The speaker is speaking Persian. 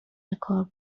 بکار